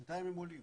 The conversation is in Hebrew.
בינתיים הם עולים...